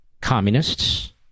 Communists